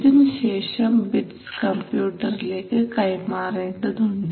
ഇതിനുശേഷം ബിറ്റ്സ് കമ്പ്യൂട്ടറിലേക്ക് കൈമാറേണ്ടതുണ്ട്